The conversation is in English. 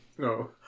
No